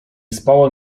spała